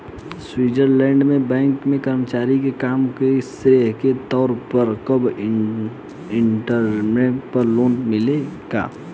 Switzerland में bank के कर्मचारी के काम के श्रेय के तौर पर कम इंटरेस्ट पर लोन मिलेला का?